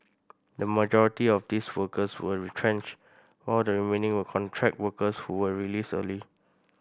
the majority of these workers were retrenched while the remaining were contract workers who were released early